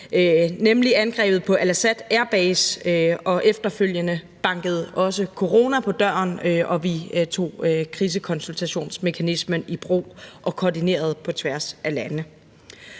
nemlig angrebet på Al Asad Airbase. Og efterfølgende bankede også coronaen på døren, og vi tog krisekonsultationsmekanismen i brug og koordinerede på tværs af lande.